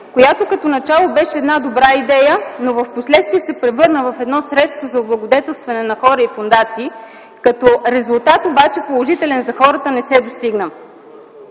която като начало беше една добра идея, но впоследствие се превърна в едно средство за облагодетелстване на хора и фондации, като положителен резултат обаче за хората не се достигна.